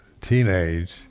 teenage